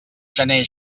gener